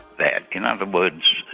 that. in other words,